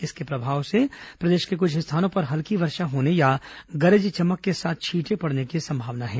इसके प्रभाव से प्रदेश के कुछ स्थानों पर हल्की वर्षा होने या गरज चमक के साथ छींटे पड़ने की संभावना है